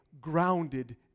grounded